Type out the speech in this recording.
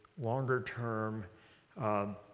longer-term